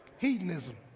Hedonism